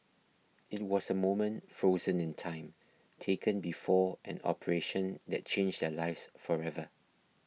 it was a moment frozen in time taken before an operation that changed their lives forever